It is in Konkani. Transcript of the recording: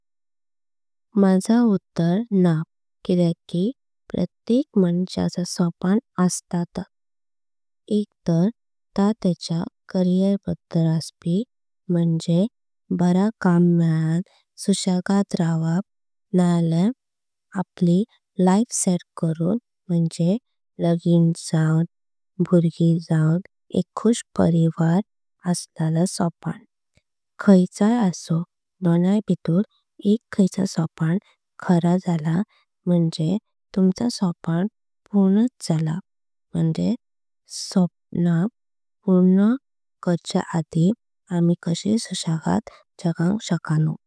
माझा उत्तर ना किदेक कि प्रत्येक माणसाचं स्वप्न असतात। एक तर ता तेच्या करिअर बधाळ अस्पि म्हणजे बारा। काम मेळान सुषागत रवप नाळ्या आपली लाइफ सेट। करून म्हणजे लगीन जाऊंक भुर्गी जाऊन एक खुश। परिवार असलला स्वप्न खायचाय असो दोनाय भितूर। एक खायचाय स्वप्न खरा जाळा म्हणजे तुमचा। स्वप्न पूर्णाच जाळा म्हणजेच स्वप्न पूर्ण करच्य। आदीं आमी कशी सुषागत जाँक शकूनो।